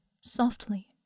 softly